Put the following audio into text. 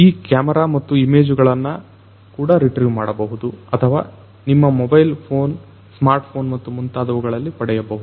ಈ ಕ್ಯಾಮೆರಾ ಮತ್ತು ಇಮೇಜುಗಳನ್ನು ಕೂಡ ರಿಟ್ರಿವ್ ಮಾಡಬಹುದು ಅಥವಾ ನಿಮ್ಮ ಮೊಬೈಲ್ ಫೋನ್ ಸ್ಮಾರ್ಟ್ ಫೋನ್ ಮುತ್ತು ಮುಂತಾದವುಗಳಲ್ಲಿ ಪಡೆಯಬಹುದು